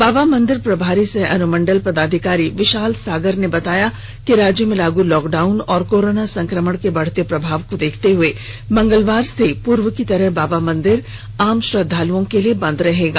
बाबा मंदिर प्रभारी सह अनुमंडल पदाधिकारी विशाल सागर ने बताया कि राज्य में लागू लॉकडाउन और कोरोना संक्रमण के बढ़ते प्रभाव को देखते हुए मंगलवार से पूर्व की तरह बाबा मंदिर आम श्रद्वालुओं के लिए बंद रहेगा